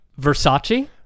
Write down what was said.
Versace